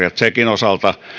ja tsekin osalta